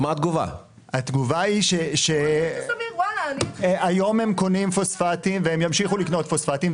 היום הם קונים פוספטים והם ימשיכו לקנות פוספטים,